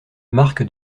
marque